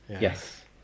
yes